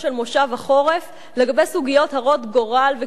החורף לגבי סוגיות הרות גורל וקיומיות,